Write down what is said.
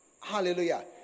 Hallelujah